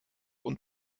und